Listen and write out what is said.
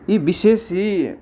यी विशेष यी